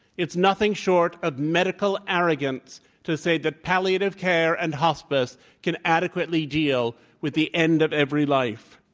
it's nothing short of medical arrogance to say that palliative care and hospice can adequately deal with the end of every life.